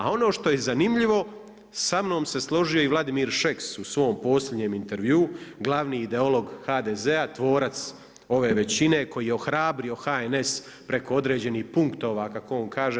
A ono što je zanimljivo sa mnom se složio i Vladimir Šeks u svom posljednjem intervjuu, glavni ideolog HDZ-a, tvorac ove većine koji je ohrabrio HNS preko određenih punktova kako on to kaže.